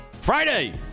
Friday